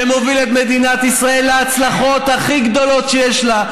שמוביל את מדינת ישראל להצלחות הכי גדולות שיש לה,